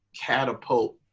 catapult